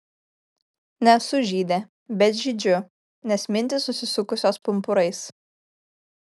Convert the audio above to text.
nesu žydė bet žydžiu nes mintys susisukusios pumpurais